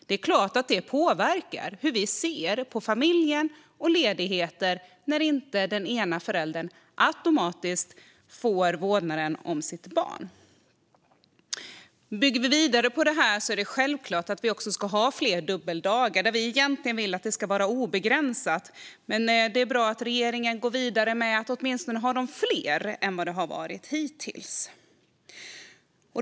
Det är klart att det påverkar hur vi ser på familjen och ledigheter när den ena föräldern inte automatiskt får vårdnaden om sitt barn. Bygger vi vidare på detta är det självklart att det ska vara fler dubbeldagar. Vi vill egentligen att det ska vara obegränsad tillgång, men det är bra att regeringen går vidare med att de åtminstone ska vara fler än hittills.